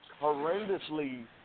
horrendously